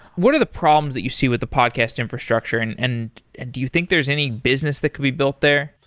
what are the problems that you see with the podcast infrastructure and and do you think there's any business that could be built there?